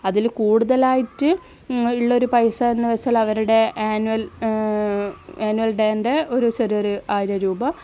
അതിൽ കൂടുതലായിട്ട് ഉളെളരു പൈസ എന്ന് വച്ചാൽ അവരുടെ ആനുവൽ ആനുവൽ ഡേൻ്റെ ഒരു ചെറിയ ഒരു ആയിരം രൂപ